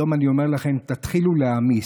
היום אני אומר לכם: תתחילו להעמיס,